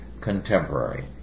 contemporary